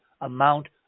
amount